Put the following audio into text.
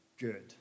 good